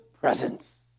presence